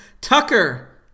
Tucker